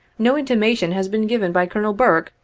no intimation has been given by colonel burke,